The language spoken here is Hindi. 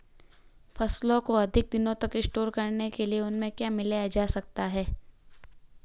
फसलों को अधिक दिनों तक स्टोर करने के लिए उनमें क्या मिलाया जा सकता है?